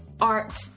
art